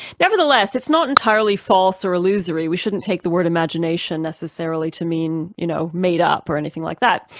nevertheless, it's not entirely false or illusory, we shouldn't take the word imagination necessarily to mean you know made up, or anything like that.